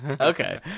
Okay